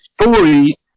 story